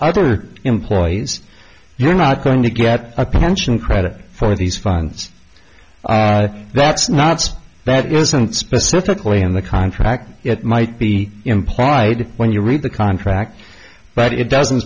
other employees you're not going to get a pension credit for these funds that's not that isn't specifically in the contract it might be implied when you read the contract but it doesn't